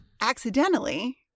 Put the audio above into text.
accidentally